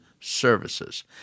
services